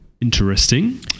interesting